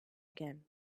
again